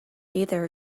either